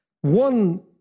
one